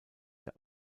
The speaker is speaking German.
der